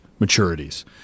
maturities